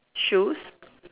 shoes